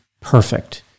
perfect